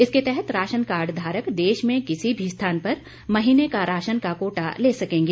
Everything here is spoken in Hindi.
इसके तहत राशनकार्ड धारक देश में किसी भी स्थान पर महीने का राशन का कोटा ले सकेंगे